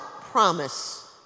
promise